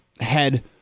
head